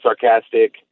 sarcastic